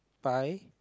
pie